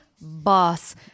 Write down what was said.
boss